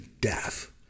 death